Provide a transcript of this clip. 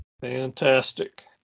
Fantastic